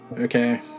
Okay